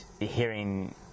hearing